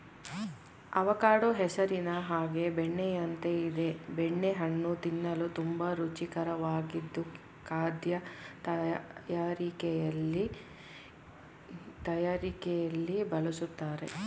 avocado ಹೆಸರಿನ ಹಾಗೆ ಬೆಣ್ಣೆಯಂತೆ ಇದೆ ಬೆಣ್ಣೆ ಹಣ್ಣು ತಿನ್ನಲು ತುಂಬಾ ರುಚಿಕರವಾಗಿದ್ದು ಖಾದ್ಯ ತಯಾರಿಕೆಲಿ ಬಳುಸ್ತರೆ